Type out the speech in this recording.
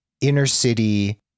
inner-city